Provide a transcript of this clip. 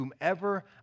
whomever